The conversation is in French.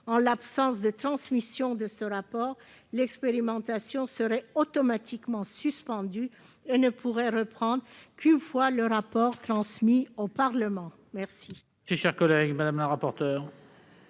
En l'absence de transmission de ce rapport, l'expérimentation serait automatiquement suspendue et ne pourrait reprendre qu'une fois le rapport transmis au Parlement.